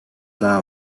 daha